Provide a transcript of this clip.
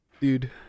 dude